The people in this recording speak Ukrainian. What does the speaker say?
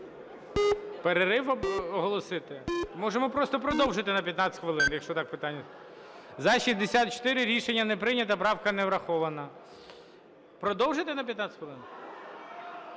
Перерив оголосити? Можемо просто продовжити на 15 хвилин, якщо так питання… 17:51:45 За-64 Рішення не прийнято. Правка не врахована. Продовжити на 15 хвилин?